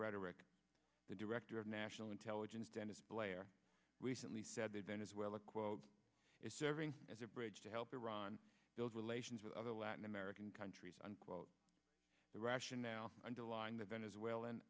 rhetoric the director of national intelligence dennis blair recently said the venezuela quote is serving as a bridge to help iran build relations with other latin american countries unquote the rationale underlying the venezuelan